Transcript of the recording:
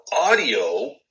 audio